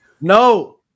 No